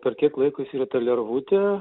per kiek laiko išsirita lervutė